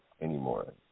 anymore